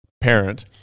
parent